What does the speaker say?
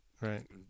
Right